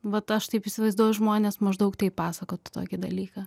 vat aš taip įsivaizduoju žmonės maždaug taip pasakotų tokį dalyką